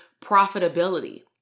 profitability